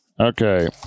Okay